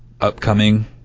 upcoming